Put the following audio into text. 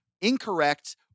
incorrect